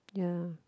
ya